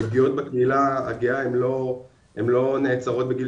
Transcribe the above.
כי פגיעות בקהילה הגאה הן לא נעצרות בגיל